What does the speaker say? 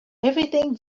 everything